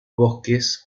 bosques